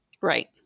Right